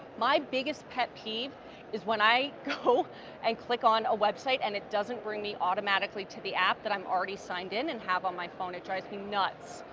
my biggest pet peeve is when i go and click on a website and it doesn't bring me automatically to the app that i'm already signed in and have on my phone. it drives me nuts.